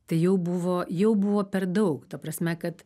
tai jau buvo jau buvo per daug ta prasme kad